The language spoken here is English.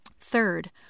Third